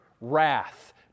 wrath